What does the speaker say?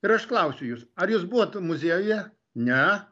ir aš klausiu jus ar jūs buvot muziejuje ne